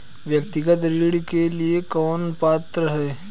व्यक्तिगत ऋण के लिए कौन पात्र है?